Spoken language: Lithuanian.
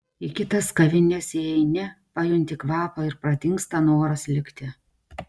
į kitas kavines įeini pajunti kvapą ir pradingsta noras likti